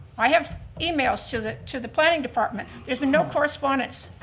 i have emails to the to the planning department. there's been no correspondence,